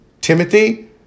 Timothy